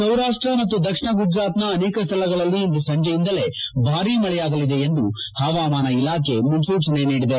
ಸೌರಾಷ್ಷ ಮತ್ತು ದಕ್ಷಿಣ ಗುಜರಾತ್ನ ಅನೇಕ ಸ್ವಳಗಳಲ್ಲಿ ಇಂದು ಸಂಜೆಯಿಂದಲೇ ಭಾರೀ ಮಳೆಯಾಗಲಿದೆ ಎಂದು ಪವಾಮಾನ ಇಲಾಖೆ ಮುನ್ಸೂಚನೆ ನೀಡಿದೆ